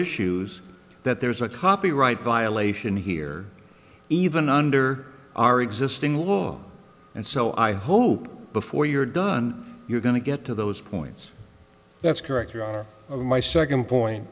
issues that there's a copyright violation here even under our existing law and so i hope before you're done you're going to get to those points that's correct my second point